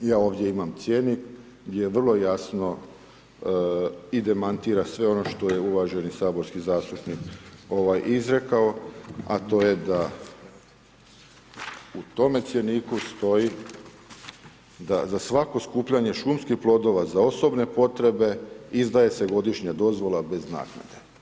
Ja ovdje imam cjenik gdje je vrlo jasno i demantira sve ono što je uvaženi saborski zastupnik izrekao, a to je da u tome cjeniku stoji da za svako skupljanje šumskih plodova za osobne potrebe izdaje se godišnja dozvola bez naknade.